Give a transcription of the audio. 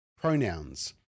pronouns